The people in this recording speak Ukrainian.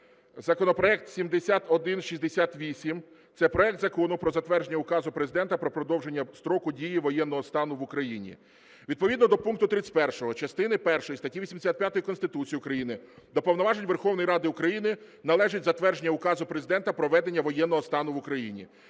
законопроект 7168. Це проект Закону про затвердження Указу Президента "Про продовження строку дії воєнного стану в Україні". Відповідно до пункту 31 частини першої статті 85 Конституції України до повноважень Верховної Ради України належить затвердження Указу Президента "Про введення воєнного стану в Україні".